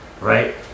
Right